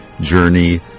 journey